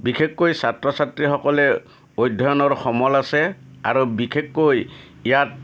বিশেষকৈ ছাত্ৰ ছাত্ৰীসকলে অধ্যয়নৰ সমল আছে আৰু বিশেষকৈ ইয়াত